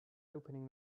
opening